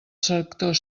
sector